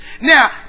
Now